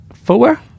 Footwear